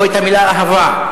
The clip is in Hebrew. או את המלה "אהבה".